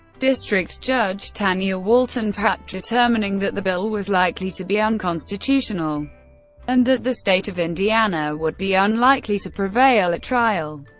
district judge tanya walton pratt determining that the bill was likely to be unconstitutional and that the state of indiana would be unlikely to prevail at trial.